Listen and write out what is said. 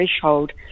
threshold